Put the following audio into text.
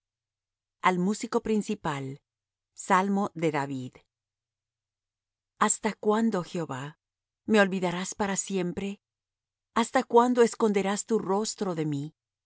al músico principal salmo de david hasta cuándo jehová me olvidarás para siempre hasta cuándo esconderás tu rostro de mí